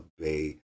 obey